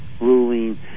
ruling